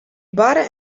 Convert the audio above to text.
barre